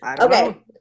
Okay